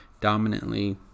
dominantly